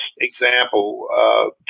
example